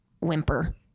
whimper